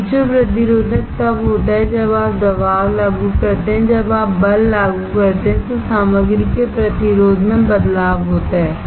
piezo प्रतिरोधक तब होता है जब आप दबाव लागू करते हैं जब आप बल लागू करते हैं तो सामग्री के प्रतिरोध में बदलाव होता है